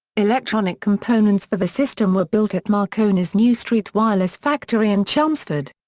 electronic components for the system were built at marconi's new street wireless factory in chelmsford.